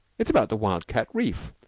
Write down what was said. it's about the wildcat reef.